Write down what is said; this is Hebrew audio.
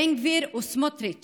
בן גביר וסמוטריץ',